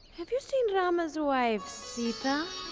have you seen rama's wife sita?